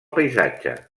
paisatge